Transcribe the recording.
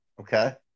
Okay